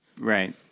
Right